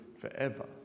forever